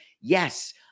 Yes